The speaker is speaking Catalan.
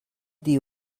dir